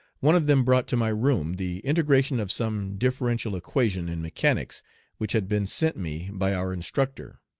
one of them brought to my room the integration of some differential equation in mechanics which had been sent me by our instructor.